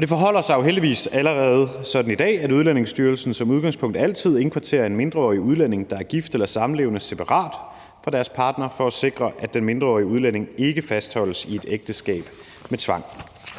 Det forholder sig jo heldigvis allerede sådan i dag, at Udlændingestyrelsen som udgangspunkt altid indkvarterer en mindreårig udlænding, der er gift eller samlevende, separat fra deres partner for at sikre, at den mindreårige udlænding ikke fastholdes i et ægteskab med tvang.